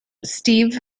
steve